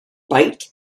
bite